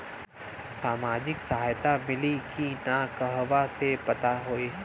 सामाजिक सहायता मिली कि ना कहवा से पता होयी?